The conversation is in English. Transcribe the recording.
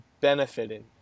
benefiting